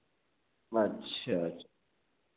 अच्छा